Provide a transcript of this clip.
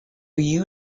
you